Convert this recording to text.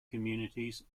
communities